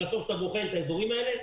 בסוף כשאתה בוחן את האזורים האלה,